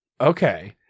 Okay